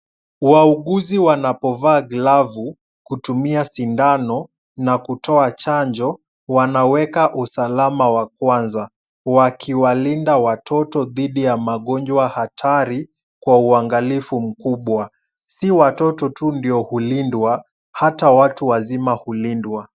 Wauguzi wanapovaa glavu kutumia sindano na kutoa chanjo, wanaweka usalama wa kwanza wakiwalinda watoto dhidi ya magonjwa hatari kwa uangalifu mkubwa. Si watoto tu ndio hulindwa hata watu wazima hulindwa.